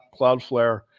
Cloudflare